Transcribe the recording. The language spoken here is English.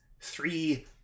three